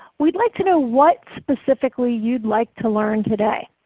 we'd like to know what specifically you'd like to learn today